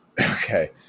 okay